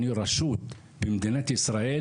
אני רשות במדינת ישראל,